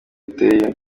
duteye